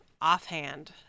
offhand